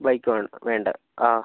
bike വേണോ വേണ്ട ആ